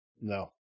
No